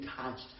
touched